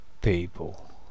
People